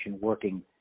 working